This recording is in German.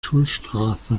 schulstraße